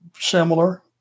similar